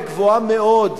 וגבוהה מאוד.